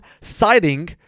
citing